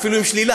אפילו עם שלילה,